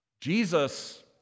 Jesus